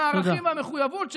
מה הערכים והמחויבות שלנו,